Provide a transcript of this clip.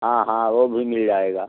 हाँ हाँ वो भी मिल जाएगा